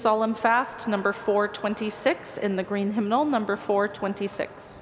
solemn fast number four twenty six in the green hymnal number four twenty six